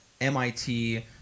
MIT